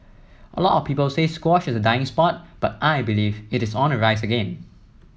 a lot of people say squash is a dying sport but I believe it is on the rise again